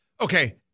Okay